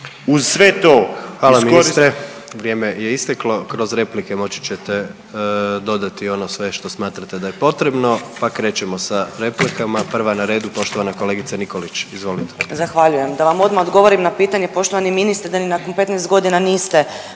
(HDZ)** Hvala ministre, vrijeme je isteklo, kroz replike moći ćete dodati ono sve što smatrate da je potrebno, pa krećemo sa replikama, prva na redu poštovana kolegica Nikolić, izvolite. **Nikolić, Romana (Socijaldemokrati)** Zahvaljujem. Da vam odmah odgovorim na pitanje poštovani ministre da ni nakon 15.g. niste